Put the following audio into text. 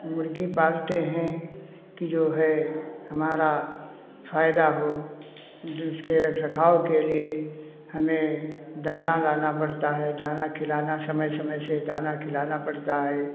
मुर्गी पालते हैं कि जो है हमारा फ़ायदा हो जाे उसके रख रखाव के लिए हमें दाना लाना पड़ता है दाना खिलाना समय समय से दाना खिलाना पड़ता है